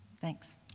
Thanks